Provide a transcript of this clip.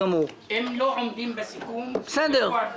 הם גם לא דרשו בעניין הזה סיוע של בנות שירות לאומי,